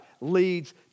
leads